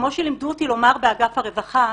כמו שלימדו אותי לומר באגף הרווחה,